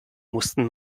mussten